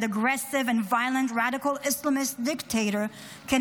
aggressive and violent radical Islamist dictator can